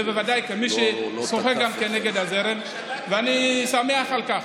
ובוודאי ממי ששוחה גם נגד הזרם ואני שמח על כך.